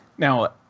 Now